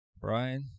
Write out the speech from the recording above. Brian